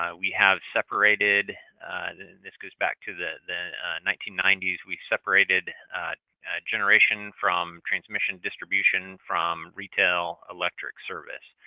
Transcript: ah we have separated this goes back to the the nineteen ninety s we separated generation from transmission distribution from retail electric service.